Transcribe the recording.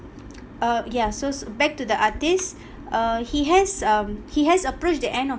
uh yeah so back to the artist uh he has um he has approached the end of